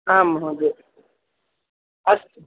आं महोदयः अस्तु